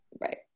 Right